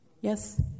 Yes